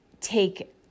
take